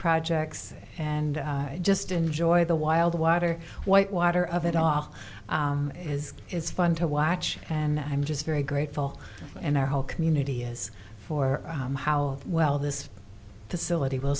projects and i just enjoy the wild water white water of it off as is fun to watch and i'm just very grateful and our whole community is for how well this facility will